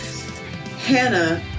hannah